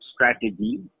strategy